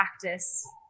practice